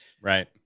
Right